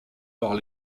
par